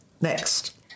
next